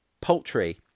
poultry